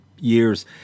years